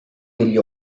degli